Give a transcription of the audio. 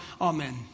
Amen